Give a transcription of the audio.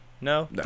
No